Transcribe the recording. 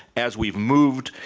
as we moved,